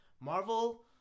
Marvel